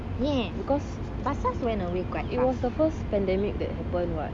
because it was the first pandemic that happened [what]